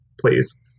Please